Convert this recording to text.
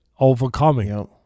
overcoming